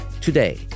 Today